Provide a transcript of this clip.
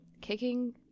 Kicking